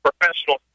professional